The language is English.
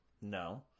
No